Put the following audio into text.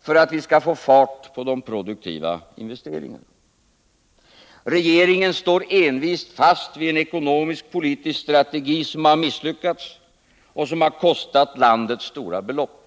för att vi skall få fart på de produktiva investeringarna. Regeringen står envist fast vid en ekonomisk-politisk strategi som har misslyckats och som har kostat landet stora belopp.